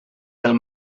del